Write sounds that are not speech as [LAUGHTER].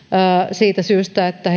siitä syystä että [UNINTELLIGIBLE]